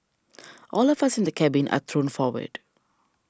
all of us in the cabin are thrown forward